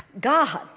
God